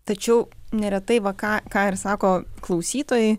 tačiau neretai va ką ką ir sako klausytojai